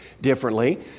differently